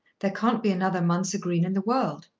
there can't be another mounser green in the world.